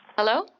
Hello